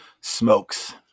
smokes